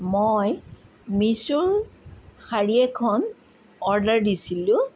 মই মিছ'ৰ শাড়ী এখন অৰ্ডাৰ দিছিলোঁ